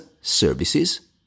services